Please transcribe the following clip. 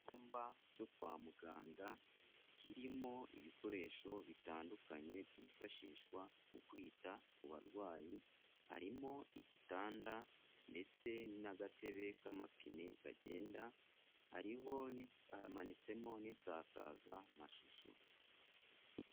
Icyumba cyo kwa muganga kirimo ibikoresho bitandukanye byifashishwa mu kwita ku barwayi, harimo igitanda ndetse n'agatebe k'amapine kagenda, hariho hamanitsemo n'isakazamashusho.